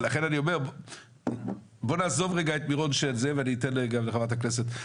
לכן אני אומר בוא נעזוב רגע את מירון של זה ואני אתן גם לחברת הכנסת,